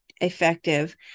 effective